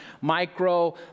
micro